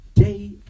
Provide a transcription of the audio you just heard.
Day